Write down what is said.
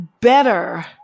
better